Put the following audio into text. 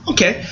Okay